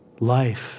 Life